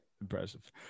Impressive